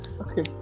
Okay